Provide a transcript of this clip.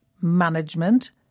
management